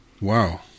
Wow